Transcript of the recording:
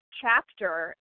chapter